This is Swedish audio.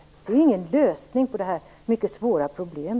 Det är ingen lösning på detta mycket svåra problem.